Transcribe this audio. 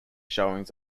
showings